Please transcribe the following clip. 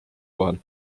vahel